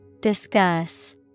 discuss